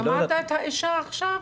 שמעת את האישה עכשיו?